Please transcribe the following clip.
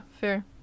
fair